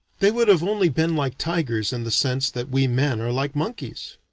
they would have only been like tigers in the sense that we men are like monkeys.